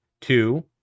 Two